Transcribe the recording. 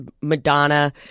Madonna